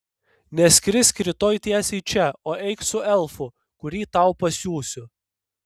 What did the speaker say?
neskrisk rytoj tiesiai čia o eik su elfu kurį tau pasiųsiu